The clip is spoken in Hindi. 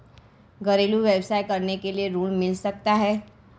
घरेलू व्यवसाय करने के लिए ऋण मिल सकता है?